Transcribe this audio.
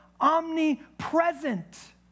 omnipresent